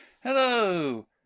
Hello